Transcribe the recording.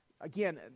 Again